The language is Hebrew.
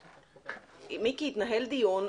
מיקי, התנהל דיון.